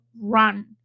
run